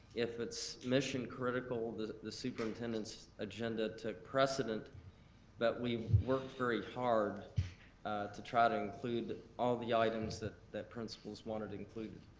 if it's it's mission critical, the the superintendent's agenda took precedent that we worked very hard to try to include all the items that that principals wanted included.